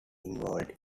involved